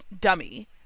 dummy